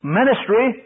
ministry